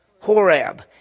Horab